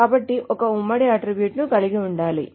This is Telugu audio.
కాబట్టి ఒక ఉమ్మడి అట్ట్రిబ్యూట్ ను కలిగి ఉండాలి